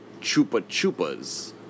chupa-chupas